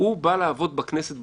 הוא בא לעבוד בכנסת,